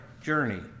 journey